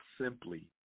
simply